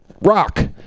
rock